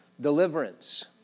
Deliverance